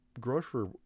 grocery